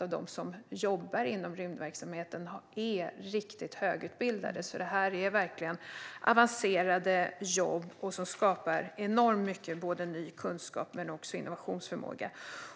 Av dem som jobbar inom rymdverksamheten är 70-80 procent riktigt högutbildade. Det handlar om verkligt avancerade jobb som skapar enormt mycket ny kunskap och innovationsförmåga.